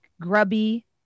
grubby